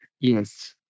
Yes